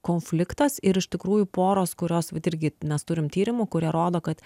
konfliktas ir iš tikrųjų poros kurios vat irgi nes turim tyrimų kurie rodo kad